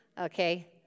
okay